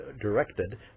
directed